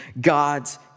God's